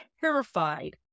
terrified